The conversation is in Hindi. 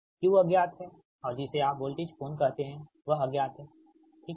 Q अज्ञात है और जिसे आप वोल्टेज कोण कहते हैं वह अज्ञात है ठीक है